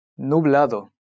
nublado